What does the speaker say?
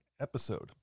episode